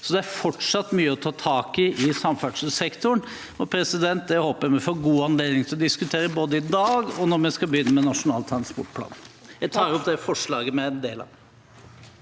Så det er fortsatt mye å ta tak i i samferdselssektoren. Det håper jeg vi får god anledning til å diskutere, både i dag og når vi skal begynne med Nasjonal transportplan. Jeg tar opp det forslaget vi er med på.